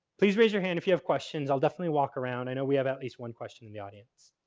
please, raise your hand if you have questions. i'll definitely walk around. i know we have at least one question in the audience.